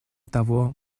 того